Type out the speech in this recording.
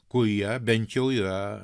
kurie bent jau yra